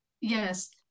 Yes